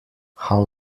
how